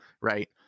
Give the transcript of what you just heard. right